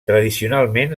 tradicionalment